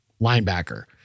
linebacker